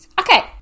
Okay